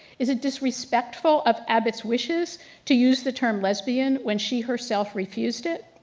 is it disrespectful of abbott's wishes to use the term lesbian when she herself refused it?